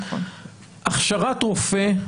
הכשרת רופא,